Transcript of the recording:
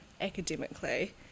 academically